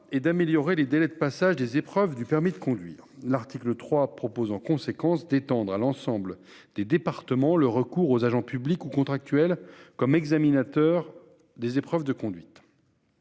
est d'améliorer les délais de passage des épreuves du permis de conduire. L'article 3 étend à l'ensemble des départements le recours aux agents publics ou contractuels comme examinateurs des épreuves de conduite.